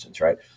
right